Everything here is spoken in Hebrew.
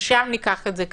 ומשם ניקח את זה קדימה.